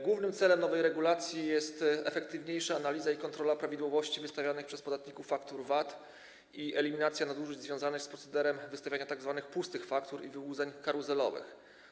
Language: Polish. Głównym celem nowej regulacji jest efektywniejsza analiza i kontrola prawidłowości wystawianych przez podatników faktur VAT i eliminacja nadużyć związanych z procederem wystawiania tzw. pustych faktur i wyłudzeń karuzelowych.